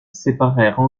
séparèrent